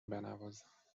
بنوازم